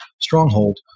stronghold